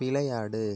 விளையாடு